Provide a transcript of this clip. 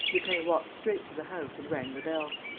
lupin walked straight to the house and rang the bell.